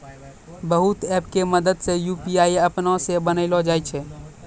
बहुते ऐप के मदद से यू.पी.आई अपनै से बनैलो जाय छै